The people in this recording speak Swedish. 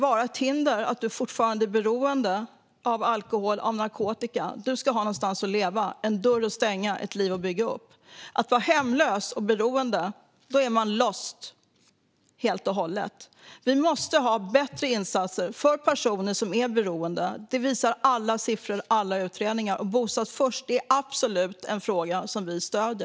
Att man fortfarande är beroende av alkohol eller narkotika ska inte vara ett hinder; man ska ha någonstans att leva, en dörr att stänga och ett liv att bygga upp. Om man är hemlös och beroende är man lost, helt och hållet. Vi måste ha bättre insatser för personer som är beroende. Det visar alla siffror och alla utredningar. Bostad först är absolut en fråga som vi stöder.